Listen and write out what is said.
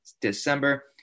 December